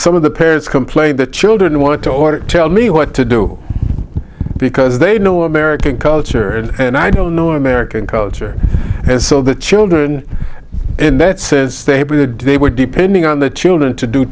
some of the parents complain the children want to order tell me what to do because they know american culture and i don't know american culture and so the children in that sense stated they were depending on the children to do